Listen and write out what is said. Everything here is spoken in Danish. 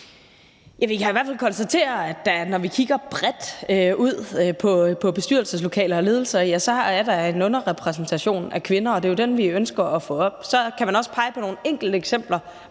Vi kan i hvert fald konstatere, at når vi kigger bredt ud på bestyrelseslokaler og ledelser, ja, så er der en underrepræsentation af kvinder, og det er jo den, vi ønsker at få op. Så kan man også pege på nogle enkelte eksempler,